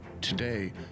today